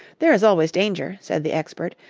there is always danger, said the expert,